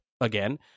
again